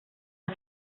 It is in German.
der